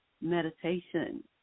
meditation